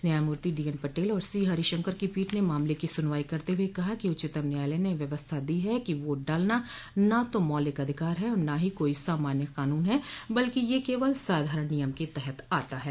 न्यायमूर्ति D N Patel और C Harishankar की पीठ ने मामले की सुनवाई करते हुए कहा कि उच्चतम न्यायालय ने व्यवस्था दी है कि वोट डालना न तो मौलिक अधिकार है और न ही कोई सामान्य कानून है बल्कि ये केवल एक साधारण नियम के तहत आता है